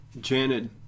Janet